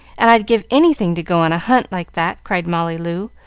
and i'd give anything to go on a hunt like that! cried molly loo,